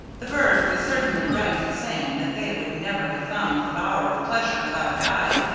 the bird was certainly right in saying that they would never have found the bower of pleasure without a guide.